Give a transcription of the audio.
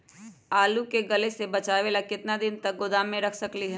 आलू के गले से बचाबे ला कितना दिन तक गोदाम में रख सकली ह?